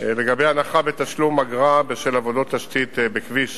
לגבי הנחה בתשלום אגרה בשל עבודות תשתית בכביש,